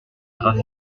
grâce